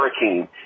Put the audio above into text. hurricane